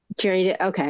Okay